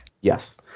Yes